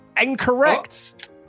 incorrect